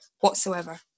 whatsoever